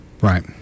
Right